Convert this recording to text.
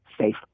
safe